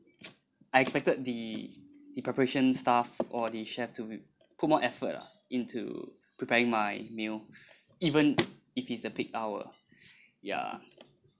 I expected the the preparation staff or the chef to be put more effort ah into preparing my meal even if it's the peak hour ya